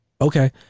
okay